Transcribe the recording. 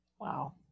Wow